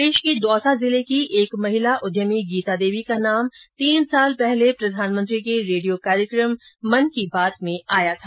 राजस्थान के दौसा जिले की एक महिला उद्यमी गीता देवी का नाम तीन साल पहले प्रधानमंत्री के रेडियो कार्यक्रम मन की बात में आया था